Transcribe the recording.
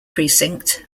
precinct